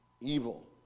evil